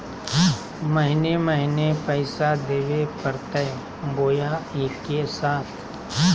महीने महीने पैसा देवे परते बोया एके साथ?